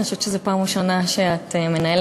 אני חושבת שזה פעם ראשונה שאת מנהלת,